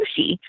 sushi